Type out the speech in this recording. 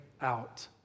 out